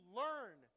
learn